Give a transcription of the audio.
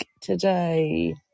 today